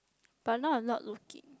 but now I'm not looking